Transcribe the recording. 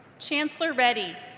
chancellor reddy.